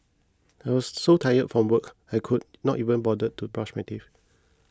I was so tired from work I could not even bother to brush my teeth